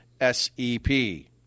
SEP